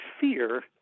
fear